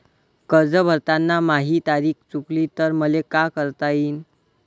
कर्ज भरताना माही तारीख चुकली तर मले का करता येईन?